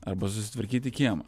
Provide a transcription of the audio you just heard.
arba susitvarkyti kiemą